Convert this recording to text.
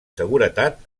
seguretat